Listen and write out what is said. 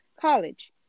college